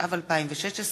התשע"ו 2016,